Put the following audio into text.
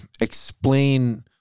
explain